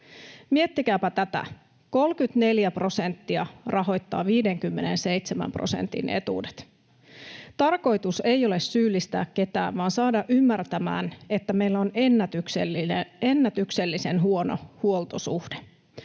Miettikääpä tätä: 34 prosenttia rahoittaa 57 prosentin etuudet. Tarkoitus ei ole syyllistää ketään, vaan saada ymmärtämään, että meillä on ennätyksellisen huono huoltosuhde.